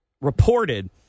reported